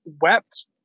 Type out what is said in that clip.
wept